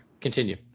continue